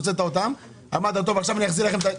הוצאת אותם ואמרת שעכשיו תחזיר לכם.